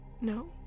no